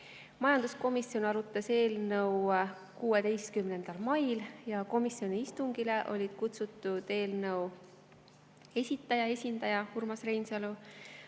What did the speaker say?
korrata. Majanduskomisjon arutas eelnõu 16. mail. Komisjoni istungile olid kutsutud eelnõu esitaja esindaja Urmas Reinsalu,